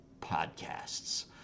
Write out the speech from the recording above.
podcasts